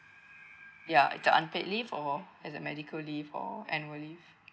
ya uh the unpaid leave or as a medical leave or annual leave